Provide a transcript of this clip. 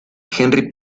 henry